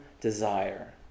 desire